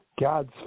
God's